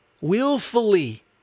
willfully